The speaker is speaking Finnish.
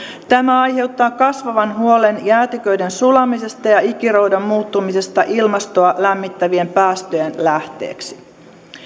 tämä aiheuttaa kasvavan huolen jäätiköiden sulamisesta ja ikiroudan muuttumisesta ilmastoa lämmittävien päästöjen lähteeksi